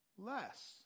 Less